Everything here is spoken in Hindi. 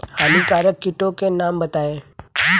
हानिकारक कीटों के नाम बताएँ?